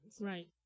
Right